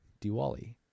Diwali